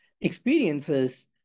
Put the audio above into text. experiences